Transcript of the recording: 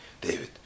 David